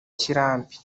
kirambi